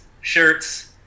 shirts